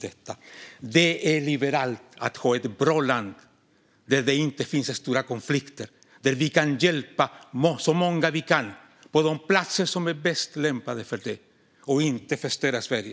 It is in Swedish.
Det är liberalt att ha ett bra land där det inte finns stora konflikter. Där kan vi hjälpa så många vi kan på de platser som är bäst lämpade för det och inte förstöra Sverige.